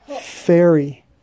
fairy